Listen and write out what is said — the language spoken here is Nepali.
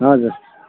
हजुर